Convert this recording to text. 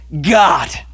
God